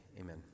amen